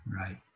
Right